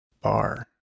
Bar